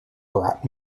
brought